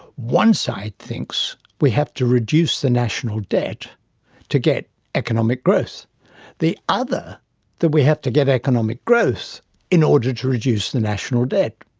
one side thinks we have to reduce the national debt to get economic growth the other that we have to get economic growth in order to reduce the national debt.